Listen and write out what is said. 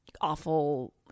awful